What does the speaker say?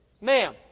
Ma'am